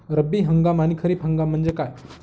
रब्बी हंगाम आणि खरीप हंगाम म्हणजे काय?